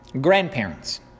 Grandparents